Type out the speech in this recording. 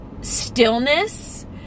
stillness